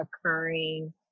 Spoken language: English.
occurring